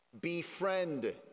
Befriend